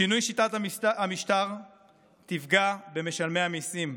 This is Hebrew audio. שינוי שיטת המשטר תפגע במשלמי המיסים,